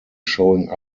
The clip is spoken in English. showing